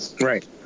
right